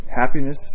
happiness